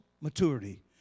maturity